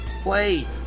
play